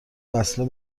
وصله